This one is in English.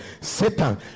Satan